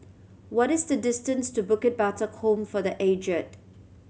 what is the distance to Bukit Batok Home for The Aged